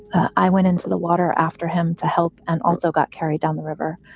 i went into the water after him to help and also got carried down the river.